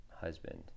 husband